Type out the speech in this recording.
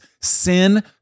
Sin